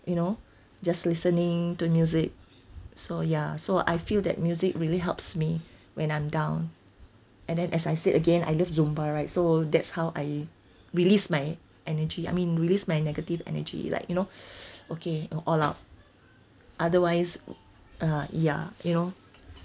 you know just listening to music so ya so I feel that music really helps me when I'm down and then as I said again I love zumba right so that's how I release my energy I mean release my negative energy like you know okay uh all out otherwise uh ya you know